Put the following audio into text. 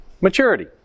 maturity